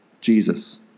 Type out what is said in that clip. Jesus